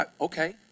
Okay